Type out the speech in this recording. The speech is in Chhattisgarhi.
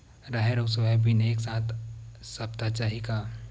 राहेर अउ सोयाबीन एक साथ सप्ता चाही का?